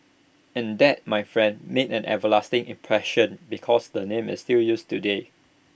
and that my friend made an everlasting impression because the name is still used today